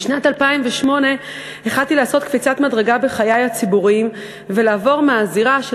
בשנת 2008 החלטתי לעשות קפיצת מדרגה בחיי הציבוריים ולעבור מהזירה של